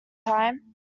time